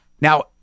Now